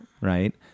Right